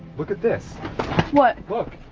look at this what? look,